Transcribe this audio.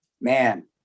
man